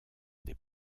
des